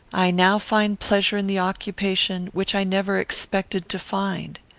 i now find pleasure in the occupation which i never expected to find.